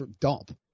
dump